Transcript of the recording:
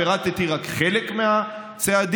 פירטתי רק חלק מהצעדים,